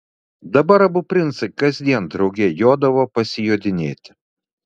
dabar abu princai kasdien drauge jodavo pasijodinėti